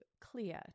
clear